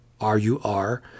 R-U-R